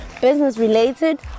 business-related